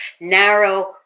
narrow